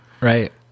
Right